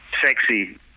sexy